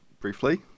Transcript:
briefly